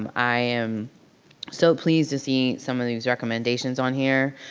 um i am so pleased to see some of these recommendations on here.